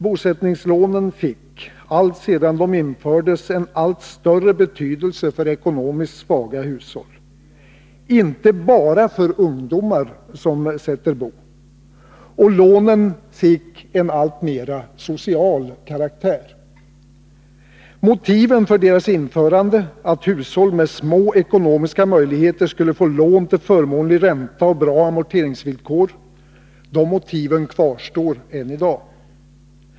Bosättningslånen fick alltsedan de infördes en allt större betydelse för ekonomiskt svaga hushåll, inte bara för ungdomar som sätter bo, och lånen fick alltmer en social karaktär. Motiven för deras införande, att hushåll med små ekonomiska möjligheter skulle få lån till förmånlig ränta och bra amorteringsvillkor, kvarstår än i dag.